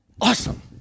awesome